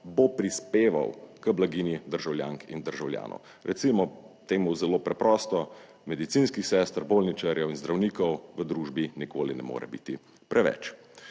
bo prispeval k blaginji državljank in državljanov, recimo temu zelo preprosto, medicinskih sester, bolničarjev in zdravnikov v družbi nikoli ne more biti preveč.